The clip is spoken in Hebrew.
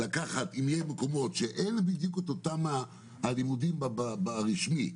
לקחת מקומות שאין להם בדיוק את אותם הלימודים באופן רשמי,